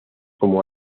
como